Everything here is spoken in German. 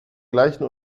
gleichen